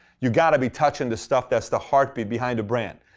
you've got to be touching the stuff that's the heartbeat behind the brand.